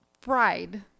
fried